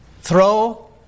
throw